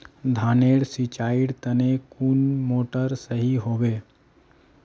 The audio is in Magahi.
धानेर नेर सिंचाईर तने कुंडा मोटर सही होबे?